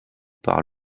par